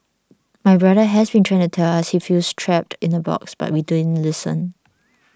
my brother has been trying to tell us he feels trapped in a box but we didn't listen